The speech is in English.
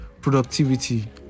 productivity